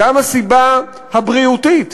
גם הסיבה הבריאותית,